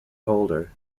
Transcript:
holder